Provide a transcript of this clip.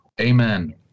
Amen